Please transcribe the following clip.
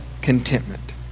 contentment